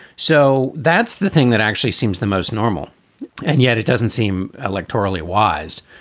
so that's the thing that actually seems the most normal and yet it doesn't seem electorally wise,